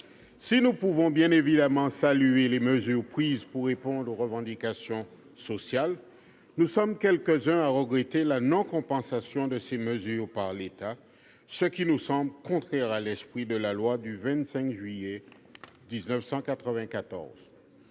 Si nous pouvons, bien évidemment, saluer les mesures prises pour répondre aux revendications sociales, nous sommes quelques-uns à regretter la non-compensation de ces mesures par l'État, qui nous semble contraire à l'esprit de la loi du 25 juillet 1994.